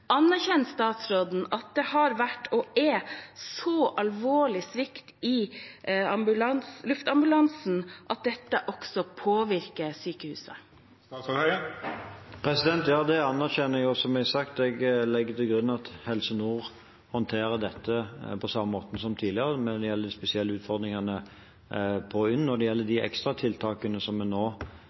Anerkjenner statsråden at det har vært – og er – en så alvorlig svikt i luftambulansetjenesten at dette også påvirker sykehuset? Ja, det anerkjenner jeg, og som sagt legger jeg til grunn at Helse Nord håndterer dette på samme måte som tidligere når det gjelder de spesielle utfordringene ved UNN. Når det gjelder de ekstratiltakene som en nå